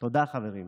תודה, חברים.